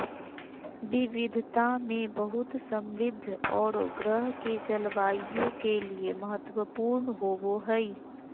विविधता में बहुत समृद्ध औरो ग्रह के जलवायु के लिए महत्वपूर्ण होबो हइ